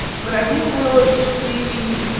but i didn't really see